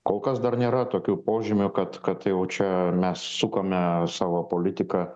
kol kas dar nėra tokių požymių kad kad jau čia mes sukame savo politiką